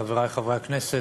חברי חברי הכנסת,